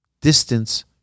Distance